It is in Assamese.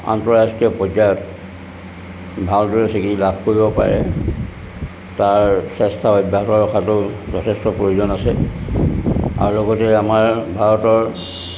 আন্তঃৰাষ্ট্ৰীয় পৰ্যায়ত ভালদৰে স্বীকৃতি লাভ কৰিব পাৰে তাৰ চেষ্টা অভ্যাস ৰখাতো যথেষ্ট প্ৰয়োজন আছে আৰু লগতে আমাৰ ভাৰতৰ